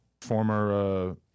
Former